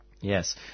Yes